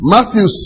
Matthew